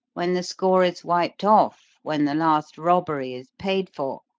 when the score is wiped off, when the last robbery is paid for,